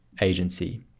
agency